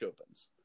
opens